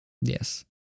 Yes